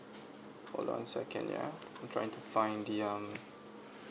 hold on a second ya I'm trying to find the um